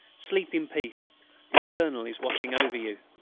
sleep in peace your colonel is watching over you.